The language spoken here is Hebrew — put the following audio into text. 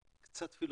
קצת פילוסופית,